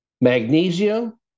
magnesium